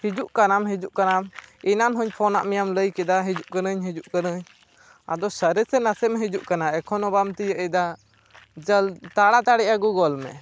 ᱦᱤᱡᱩᱜ ᱠᱟᱱᱟᱢ ᱦᱤᱡᱩᱜ ᱠᱟᱱᱟᱢ ᱮᱱᱟᱱ ᱦᱚᱧ ᱯᱷᱳᱱᱟᱫ ᱢᱮᱭᱟ ᱞᱟᱹᱭ ᱠᱮᱫᱟᱢ ᱦᱤᱡᱩᱜ ᱠᱟᱹᱱᱟᱹᱧ ᱦᱤᱡᱩᱜ ᱠᱟᱹᱱᱟᱹᱧ ᱟᱫᱚ ᱥᱟᱹᱨᱤ ᱥᱮ ᱱᱟᱥᱮᱢ ᱦᱤᱡᱩᱜ ᱠᱟᱱᱟ ᱮᱠᱷᱳᱱᱳ ᱵᱟᱢ ᱛᱤᱭᱟᱹᱜ ᱮᱫᱟ ᱡᱚᱞ ᱛᱟᱲᱟᱛᱟᱹᱲᱤ ᱟᱹᱜᱩ ᱜᱚᱫ ᱢᱮ